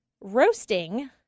roasting